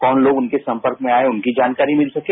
कौन लोग उनके संपर्क में आए उनकी जानकारी मिल सके